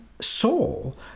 soul